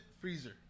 freezer